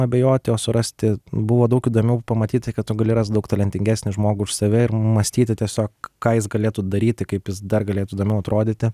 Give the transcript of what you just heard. abejoti o surasti buvo daug įdomiau pamatyti kad tu gali rast daug talentingesnį žmogų už save ir mąstyti tiesiog ką jis galėtų daryti kaip jis dar galėtų įdomiau atrodyti